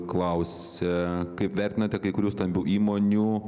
klausia kaip vertinate kai kurių stambių įmonių